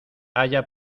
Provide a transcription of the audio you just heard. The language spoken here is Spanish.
haya